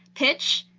pitch,